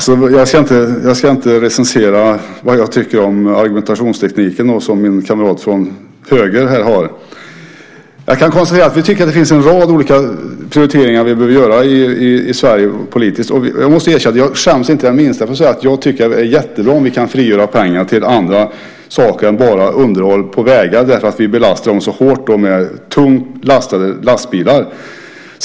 Fru talman! Jag ska inte recensera argumentationstekniken som min kamrat från höger har. Vi tycker att det finns en rad olika prioriteringar som vi behöver göra i Sverige politiskt, och jag måste erkänna att jag inte skäms det minsta för att säga att jag tycker att det är jättebra om vi kan frigöra pengar till andra saker än bara underhåll på vägar för att vi belastar dem så hårt med tungt lastade lastbilar.